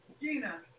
Gina